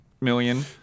million